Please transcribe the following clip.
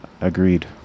agreed